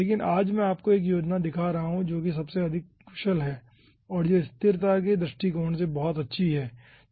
लेकिन आज मैं आपको 1 योजना दिखा रहा हूं जो कि सबसे अधिक कुशल है और जो स्थिरता के दृष्टिकोण से बहुत अच्छी है